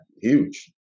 Huge